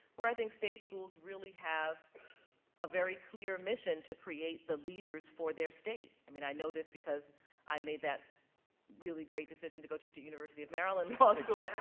where i think state schools really have a very clear mission to create the leaders for their state. i mean, i know this because i made that really great decision to go to to university of maryland law school,